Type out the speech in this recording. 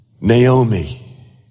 Naomi